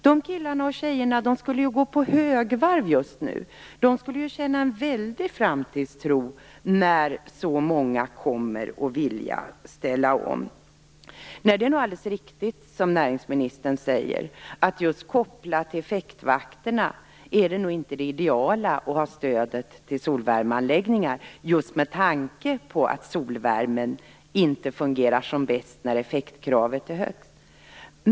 De killarna och tjejerna borde gå på högvarv just nu. De borde känna en väldig framtidstro när så många kommer att vilja ställa om. Det är nog alldeles riktigt som näringsministern säger att det inte är det ideala att ha stödet till solvärmeanläggningar kopplat just till effektvakterna med tanke på att solvärmen inte fungerar som bäst när effektkravet är som högst.